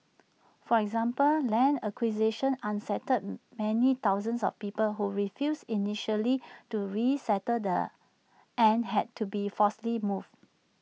for example land acquisition unsettled many thousands of people who refused initially to resettle the and had to be forcibly moved